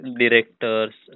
directors